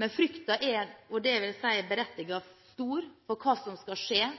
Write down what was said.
Men frykten er – og det vil jeg si er berettiget – stor for hva som vil skje